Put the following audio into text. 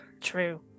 True